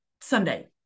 Sunday